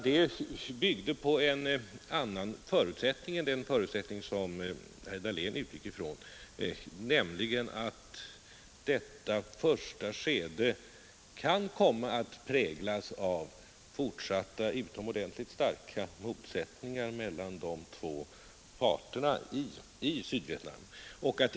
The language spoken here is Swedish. Det byggde på en annan förutsättning än den som herr Dahlén utgick ifrån, nämligen att detta första skede kan komma att präglas av fortsatta, utomordentligt starka motsättningar mellan de två parterna i Sydvietnam.